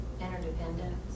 Interdependence